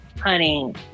Honey